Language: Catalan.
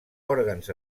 òrgans